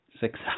six